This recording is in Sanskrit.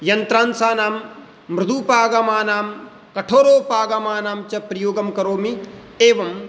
यन्त्रांशानां मृदूपागमानां कठोरोपागमानां च प्रयोगं करोमि एवम्